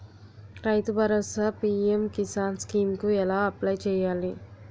రైతు Bharosa P M Kisan scheme కు ఎలా అప్లయ్ చేయాలి?